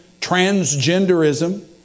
transgenderism